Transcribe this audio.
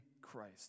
Christ